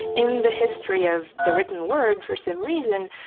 in the history of the written word, for some reason,